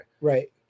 Right